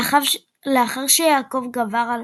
לאחר שיעקב גבר על